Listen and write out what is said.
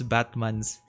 Batman's